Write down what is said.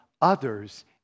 others